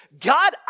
God